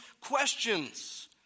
questions